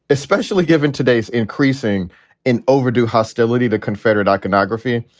especially given today's increasing and overdue hostility to confederate iconography,